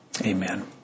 Amen